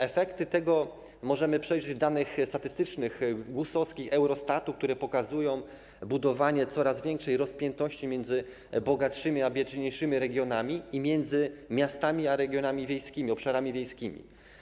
Efekty tego możemy przejrzeć w danych statystycznych: GUS-owskich, Eurostatu, które pokazują budowanie coraz większej rozpiętości między bogatszymi a biedniejszymi regionami, między miastami a regionami wiejskimi, obszarami wiejskimi.